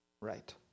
right